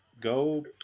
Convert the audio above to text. Go